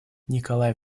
николай